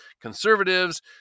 conservatives